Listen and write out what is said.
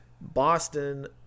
Boston